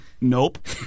nope